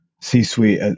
C-suite